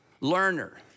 learner